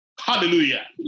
Hallelujah